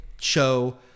show